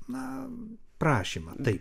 na prašymą taip